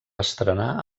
estrenar